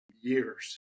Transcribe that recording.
years